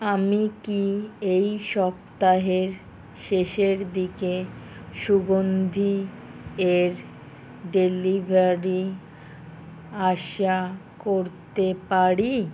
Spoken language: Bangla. আমি কি এই সপ্তাহের শেষের দিকে সুগন্ধি এর ডেলিভারি আশা করতে পারি